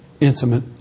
intimate